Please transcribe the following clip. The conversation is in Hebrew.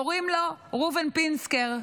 קוראים לו ראובן פינסקר,